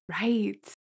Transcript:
Right